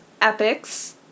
Epics